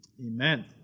Amen